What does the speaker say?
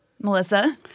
Melissa